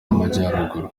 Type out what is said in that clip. y’amajyaruguru